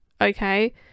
Okay